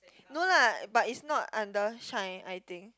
no lah but its not under shine I think